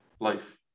life